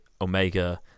Omega